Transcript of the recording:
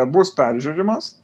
bus peržiūrimas